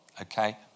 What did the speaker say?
okay